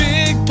Big